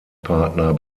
partner